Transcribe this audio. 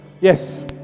yes